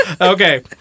okay